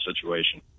situation